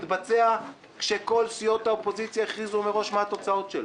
התבצע כשכל סיעות האופוזיציה הכריזו מראש מה התוצאות שלו.